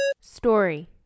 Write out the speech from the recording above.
Story